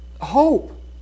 hope